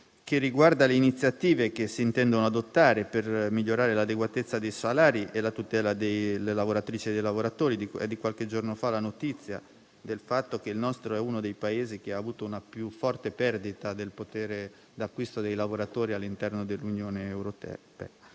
che riguarda le iniziative che si intendono adottare per migliorare l'adeguatezza dei salari e la tutela delle lavoratrici e dei lavoratori. È di qualche giorno fa la notizia che il nostro Paese ha avuto tra le più forti perdite del potere d'acquisto dei lavoratori all'interno dell'Unione europea.